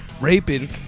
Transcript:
raping